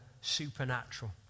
supernatural